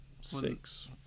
Six